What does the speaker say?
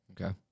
Okay